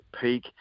peak